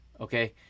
okay